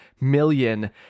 million